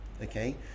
Okay